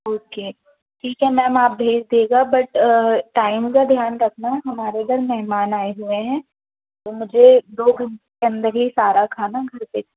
okay ठीक है ma'am आप भेज देगा बट टाइम का ध्यान रखना हमारे घर मेहमान आए हुए हैं तो मुझे दो घंटे के अंदर ही सारा खाना घर पर